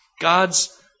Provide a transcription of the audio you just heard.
God's